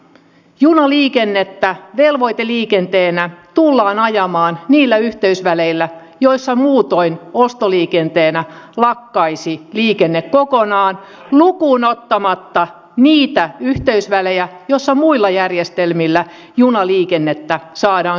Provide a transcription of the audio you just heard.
junaliikennettä velvoiteliikenteenä tullaan ajamaan niillä yhteysväleillä joilla muutoin ostoliikenteenä lakkaisi liikenne kokonaan lukuun ottamatta niitä yhteysvälejä joilla muilla järjestelmillä junaliikennettä saadaan syntymään